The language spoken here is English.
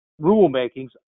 rulemakings